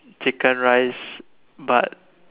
chicken rice but